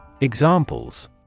Examples